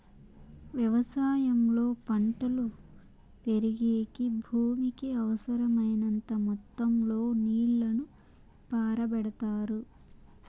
వ్యవసాయంలో పంటలు పెరిగేకి భూమికి అవసరమైనంత మొత్తం లో నీళ్ళను పారబెడతారు